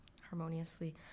harmoniously